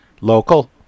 local